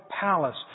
palace